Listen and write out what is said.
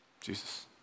Jesus